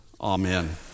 Amen